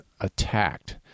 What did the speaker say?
attacked